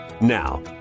Now